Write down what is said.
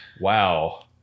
Wow